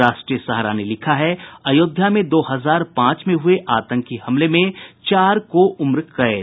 राष्ट्रीय सहारा ने लिखा है अयोध्या में दो हजार पांच में हुये आतंकी हमले में चार को उम्र कैद